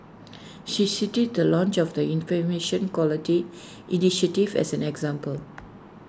she cited the launch of the Information Quality initiative as an example